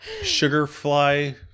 Sugarfly